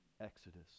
Exodus